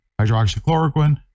Hydroxychloroquine